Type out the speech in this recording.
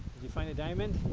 you find a diamond,